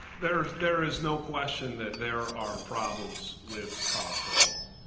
there is there is no question that there are problems with college football,